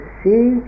see